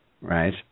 Right